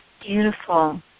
Beautiful